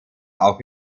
auch